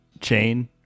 chain